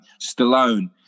Stallone